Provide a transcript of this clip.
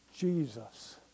jesus